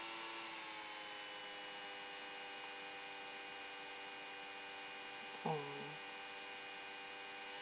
mm